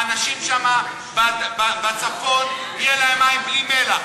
מים נקיים כדי שהאנשים שם בצפון יהיו להם מים בלי מלח.